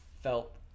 felt